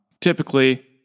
typically